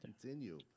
continue